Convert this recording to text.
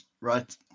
right